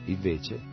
Invece